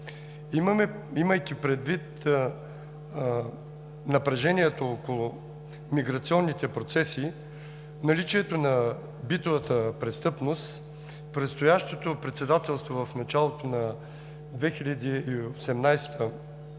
Имайки предвид напрежението около миграционните процеси, наличието на битовата престъпност, предстоящото председателство в началото на 2018 г. и